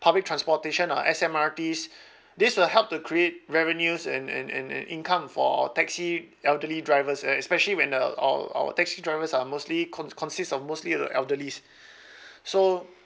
public transportation ah S_M_R_Ts this will help to create revenues and and and and income for taxi elderly drivers uh especially when the all our taxi drivers are mostly con~ consist of mostly the elderlies so